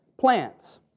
plants